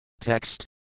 Text